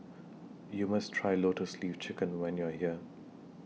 YOU must Try Lotus Leaf Chicken when YOU Are here